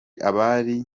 abari